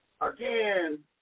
again